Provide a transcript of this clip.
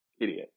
idiot